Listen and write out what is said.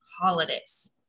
holidays